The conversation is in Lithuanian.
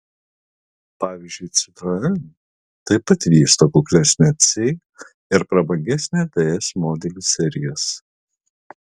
pavyzdžiui citroen taip pat vysto kuklesnę c ir prabangesnę ds modelių serijas